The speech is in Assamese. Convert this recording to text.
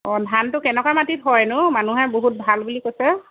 অঁ ধানটো কেনেকুৱা মাটিত হয়নো মানুহে বহুত ভাল বুলি কৈছে